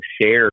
share